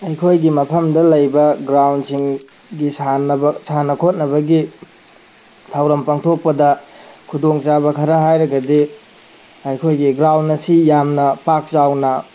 ꯑꯩꯈꯣꯏꯒꯤ ꯃꯐꯝꯗ ꯂꯩꯕ ꯒ꯭ꯔꯥꯎꯟꯁꯤꯡꯒꯤ ꯁꯥꯟꯅ ꯈꯣꯠꯅꯕꯒꯤ ꯊꯧꯔꯝ ꯄꯥꯡꯊꯣꯛꯄꯗ ꯈꯨꯗꯣꯡꯆꯥꯕ ꯈꯔ ꯍꯥꯏꯔꯒꯗꯤ ꯑꯩꯈꯣꯏꯒꯤ ꯒ꯭ꯔꯥꯎꯟ ꯑꯁꯤ ꯌꯥꯝꯅ ꯄꯥꯛ ꯆꯥꯎꯅ